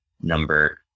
number